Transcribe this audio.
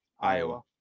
Iowa